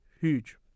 huge